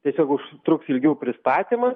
tiesiog užtruks ilgiau pristatymas